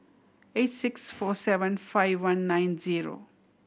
eight six four seven five one nine zero